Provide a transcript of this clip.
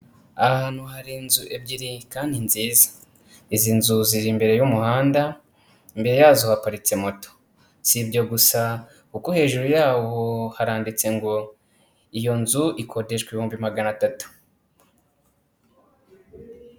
Ahantu hari inzu ebyiri kandi nziza. Izi nzu ziri imbere y'umuhanda. Imbere yazo haparitse moto. Si ibyo gusa, kuko hejuru yaho haranditse ngo iyo nzu ikodeshwa ibihumbi magana atatu.